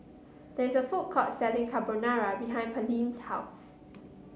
there is a food court selling Carbonara behind Pearline's house